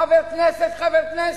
חבר כנסת חבר כנסת,